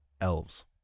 elves